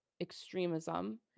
Extremism